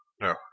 no